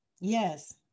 Yes